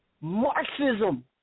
Marxism